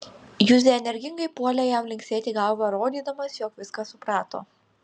juzė energingai puolė jam linksėti galva rodydamas jog viską suprato